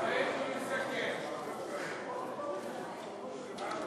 אדוני היושב-ראש, שרים,